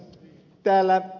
täällä ed